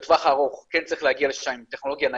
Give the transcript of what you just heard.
אבל עדיין כמדינה אנחנו חייבים להנגיש לכל האוכלוסייה,